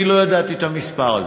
אני לא ידעתי את המספר הזה.